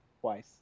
twice